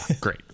great